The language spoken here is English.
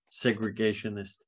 segregationist